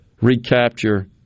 recapture